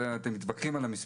אתם מתווכחים פה על מספרים.